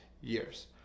years